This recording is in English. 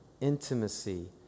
intimacy